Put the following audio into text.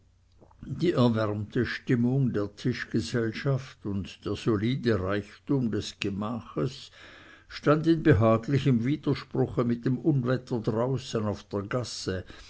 die erwärmte stimmung der tischgesellschaft und der solide reichtum des gemaches stand in behaglichem widerspruche mit dem unwetter draußen auf der gasse